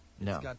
No